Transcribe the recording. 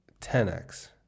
10x